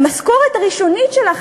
המשכורת הראשונית שלך,